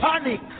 panic